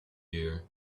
year